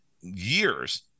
years